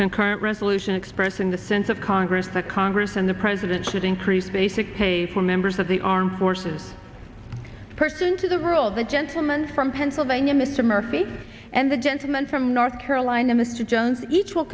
concurrent resolution expressing the sense of congress the congress and the president that increased basic pay for members of the armed forces person to the rule the gentleman from pennsylvania mr murphy and the gentleman from north carolina mr jones each will